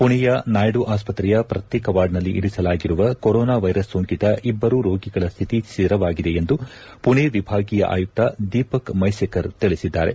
ಪುಣೆಯ ನಾಯ್ಡು ಆಸ್ಪತ್ರೆಯ ಪ್ರತ್ಯೇಕ ವಾರ್ಡ್ನಲ್ಲಿ ಇರಿಸಲಾಗಿರುವ ಕೊರೋನಾ ವೈರಸ್ ಸೋಂಕಿತ ಇಬ್ಬರು ರೋಗಿಗಳ ಸ್ಥಿತಿ ಸ್ಥಿರವಾಗಿದೆ ಎಂದು ಪುಣೆ ವಿಭಾಗೀಯ ಆಯುಕ್ತ ದೀಪಕ್ ಮೈಸೆಕರ್ ತಿಳಿಸಿದ್ದಾರೆ